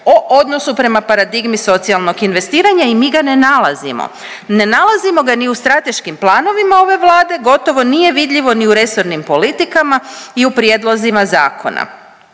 o odnosu prema paradigmi socijalnog investiranja i mi ga ne nalazimo. Ne nalazimo ga ni u strateškim planovima ove Vlade, gotovo nije vidljivo ni u resornim politikama i u prijedlozima zakona